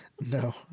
no